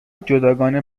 جداگانه